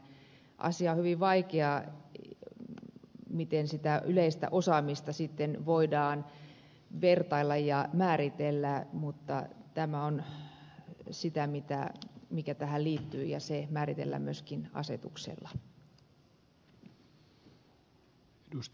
asia on hyvin vaikea miten sitä yleistä osaamista sitten voidaan vertailla ja määritellä mutta tämä liittyy tähän ja se määritellään myöskin asetuksella